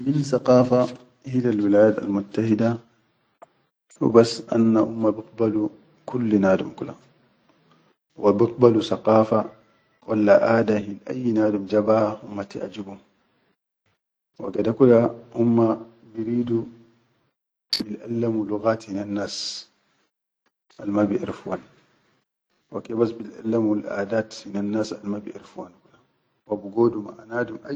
min sakafa hilal wilayat almuttahidda hubas anna humma bigbalu kulli nadum kula, wa bigbalu sakata walla aʼada hil ayyi nadum ja baha humma tiʼajibum, wa gade kula humma biridu bil ʼallamu laqat hinennas alma biʼerfuhan, wa kebas bilʼellamul aʼadat hinennas alma biʼerfuhan kulla, wa bigodu maʼa nadum.